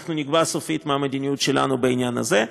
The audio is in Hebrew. אנחנו נקבע סופית מה המדיניות שלנו בעניין הזה.